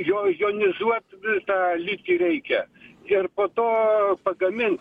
jo jonizuot tą litį reikia ir po to pagamint